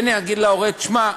כן יגיד להורה: תשמע,